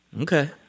Okay